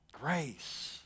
Grace